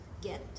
get